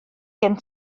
gen